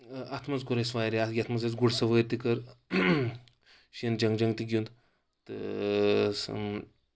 اتھ منٛز کوٚر اسہِ واریاہ یتھ منٛز اسہِ گُرۍ سوٲری تہِ کٔر شیٖن جنٛگ جنٛگ تہِ گِیُنٛد تہٕ سم